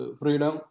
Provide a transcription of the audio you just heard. freedom